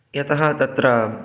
यतः तत्र